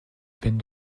peine